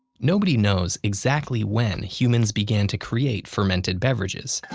nobody knows exactly when humans began to create fermented beverages.